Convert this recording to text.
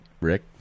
Rick